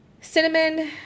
cinnamon